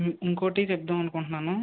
ఇంకొకటి చెబుదాము అనుకుంటున్నాను